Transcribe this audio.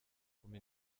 kumi